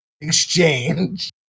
exchange